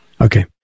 Okay